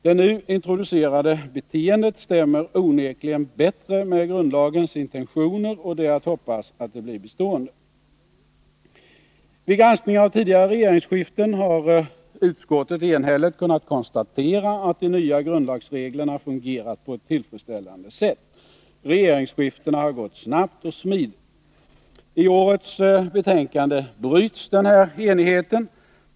Det nu introducerade beteendet stämmer onekligen bättre med grundlagens intentioner, och det är att hoppas att det blir bestående. Vid granskningen av tidigare regeringsskiften har utskottet enhälligt kunnat konstatera att de nya grundlagsreglerna fungerat på ett tillfredsställande sätt. Regeringsskiftena har gått snabbt och smidigt. I årets betänkande bryts den här enigheten.